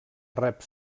rep